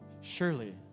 surely